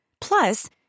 Plus